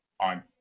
on